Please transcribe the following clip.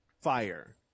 fire